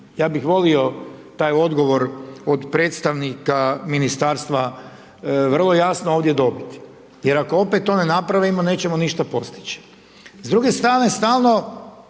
Ja bi volio taj odgovor od predstavnika ministarstva vrlo jasno ovdje dobiti, jer ako opet to ne naprave, ima, nećemo ništa postići. S druge strane stalno